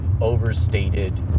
overstated